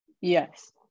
yes